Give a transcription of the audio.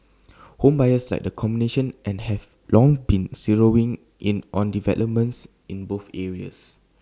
home buyers like the combination and have long been zeroing in on developments in both areas